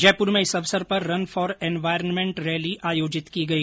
जयप्र में इस अवसर पर रन फोर एनवायरमेंट रैली आयोजित की गई